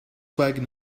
wagon